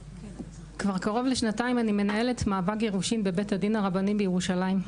כבר קרוב לשנתיים אני מנהלת מאבק גירושים בבית הדין הרבני בירושלים,